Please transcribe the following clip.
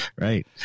Right